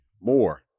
more